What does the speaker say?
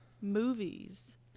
Movies